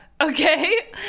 okay